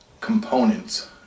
components